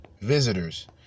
visitors